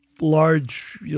large